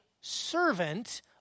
servant